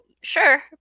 sure